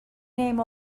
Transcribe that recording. name